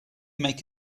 make